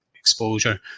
Exposure